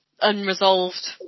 unresolved